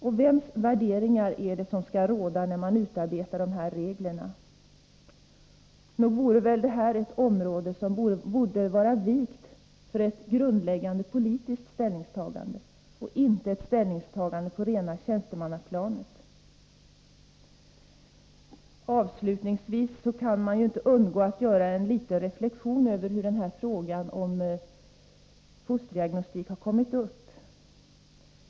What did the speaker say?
Och vems värderingar skall råda när man utarbetar dessa regler? Nog är väl detta ett område som borde vara vikt för ett grundläggande politiskt ställningstagande och inte för ett ställningstagande på det rena tjänstemannaplanet? Avslutningsvis kan man inte undgå att göra en liten reflexion över hur denna fråga om fosterdiagnostik har kommit upp.